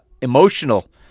emotional